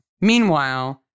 Meanwhile